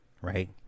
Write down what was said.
right